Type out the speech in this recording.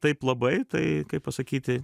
taip labai tai kaip pasakyti